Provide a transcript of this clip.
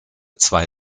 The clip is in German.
zwei